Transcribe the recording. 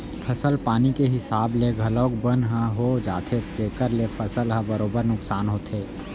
फसल पानी के हिसाब ले घलौक बन ह हो जाथे जेकर ले फसल ह बरोबर नुकसान होथे